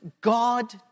God